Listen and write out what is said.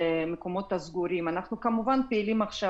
אנחנו כמובן פעילים עכשיו,